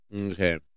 Okay